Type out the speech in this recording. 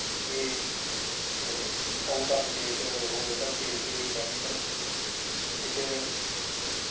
एह् out of date ओह् रखे दे हे केमिकल ते फिर